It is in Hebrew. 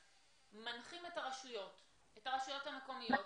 מנחים את הרשויות המקומיות,